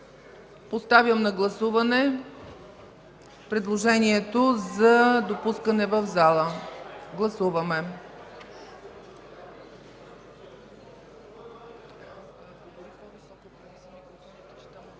Поставям на гласуване предложението за допускане в залата. Гласували